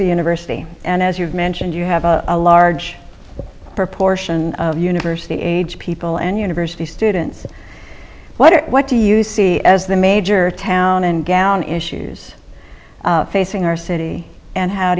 the university and as you've mentioned you have a large proportion of university aged people and university students what are what do you see as the major town and gallon issues facing our city and how